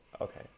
Okay